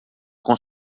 com